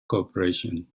corporation